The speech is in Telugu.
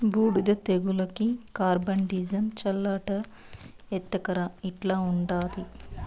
బూడిద తెగులుకి కార్బండిజమ్ చల్లాలట ఎత్తకరా ఇంట్ల ఉండాది